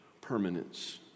permanence